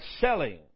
selling